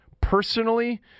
Personally